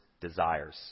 desires